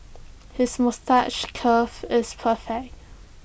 his moustache curve is perfect